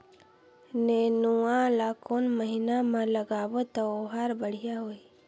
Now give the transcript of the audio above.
नेनुआ ला कोन महीना मा लगाबो ता ओहार बेडिया होही?